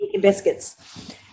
biscuits